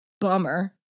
Bummer